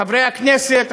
חברי הכנסת,